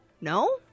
No